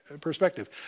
perspective